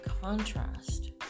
contrast